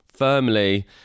Firmly